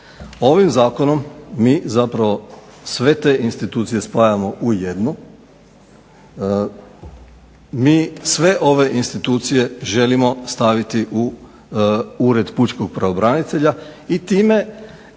Ovim zakonom mi zapravo sve te institucije spajamo u jednu. Mi sve ove institucije želimo staviti u Ured pučkog pravobranitelja i time